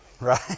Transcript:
Right